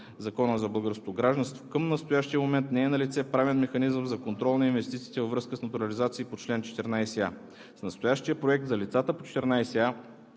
Закона за българското гражданство. Към настоящия момент не е налице правен механизъм за контрол на инвестициите във връзка с натурализация по чл. 14а. С настоящия проект за лицата по чл.